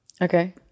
Okay